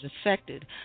affected